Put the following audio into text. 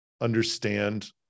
understand